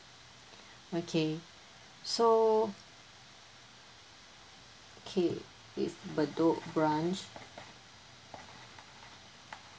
okay so okay it bedok branch